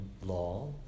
law